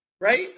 right